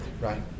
right